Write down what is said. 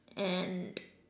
and